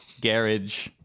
Garage